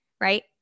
right